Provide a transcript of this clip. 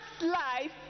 life